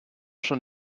schon